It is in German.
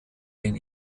den